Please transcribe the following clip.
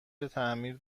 تعمیر